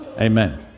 Amen